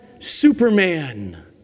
Superman